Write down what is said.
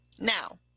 Now